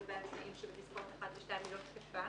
לגבי הסעיף שבפסקאות (1) ו-(2) לא תקפה,